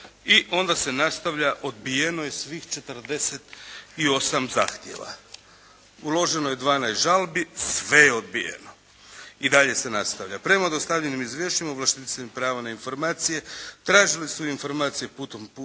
i onda se nastavlja. Odbijeno je svih 48 zahtjeva. Uloženo je 12 žalbi. Sve je odbijeno. I dalje se nastavlja. Prema dostavljenim izvješćima ovlaštenici prava na informacije tražili su informacije putem